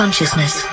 Consciousness